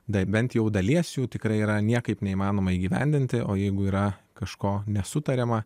bent jau dalies jų tikrai yra niekaip neįmanoma įgyvendinti o jeigu yra kažko nesutariama